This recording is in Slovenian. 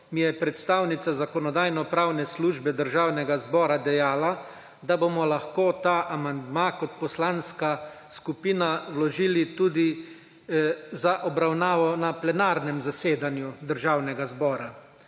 mi je predstavnica Zakonodajno-pravne službe Državnega zbora dejala, da bomo lahko ta amandma kot poslanska skupina vložili tudi za obravnavo na plenarnem zasedanju Državnega zbora.